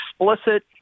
explicit